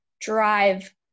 drive